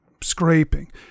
scraping